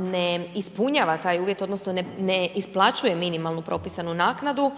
ne ispunjava taj uvjet odnosno ne isplaćuje minimalnu propisanu naknadu,